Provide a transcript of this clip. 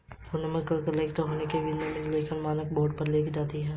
Poonam content लेखक होने के नाते वित्तीय लेखांकन मानक बोर्ड पर लेख लिखती है